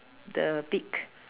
the beak